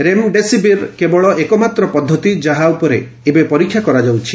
remdesivir କେବଳ ଏକମାତ୍ର ପଦ୍ଧତି ଯାହା ଉପରେ ଏବେ ପରୀକ୍ଷା କରାଯାଉଛି